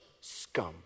scum